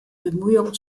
bemühungen